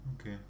Okay